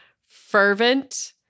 fervent